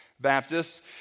Baptists